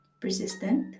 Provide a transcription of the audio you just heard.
persistent